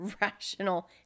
rational